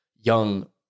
young